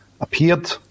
appeared